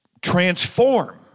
transform